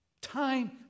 Time